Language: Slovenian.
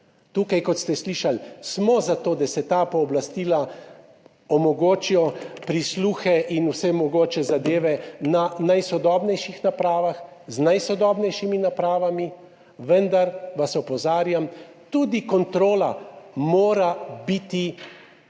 Tukaj, kot ste slišali, smo za to, da se ta pooblastila omogočijo prisluhe in vse mogoče zadeve na najsodobnejših napravah, z najsodobnejšimi napravami, vendar, vas opozarjam, tudi kontrola mora biti